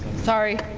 sorry.